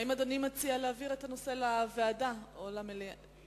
האם אדוני מציע להעביר את הנושא לוועדה או למליאה?